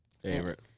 Favorite